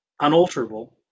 unalterable